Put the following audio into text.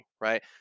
right